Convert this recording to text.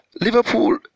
Liverpool